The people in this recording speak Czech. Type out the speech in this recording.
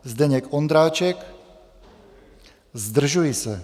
Zdeněk Ondráček: Zdržuji se.